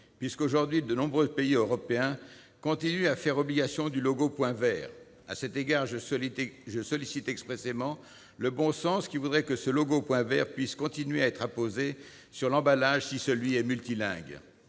puisque, aujourd'hui, de nombreux pays européens continuent à rendre obligatoire le logo « point vert ». À cet égard, j'en appelle expressément au bon sens, qui voudrait que ce logo puisse continuer à être apposé sur l'emballage si celui-ci est multilingue.